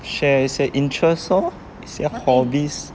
share 一些 interest lor 一些 hobbies